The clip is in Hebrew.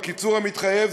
בקיצור המתחייב,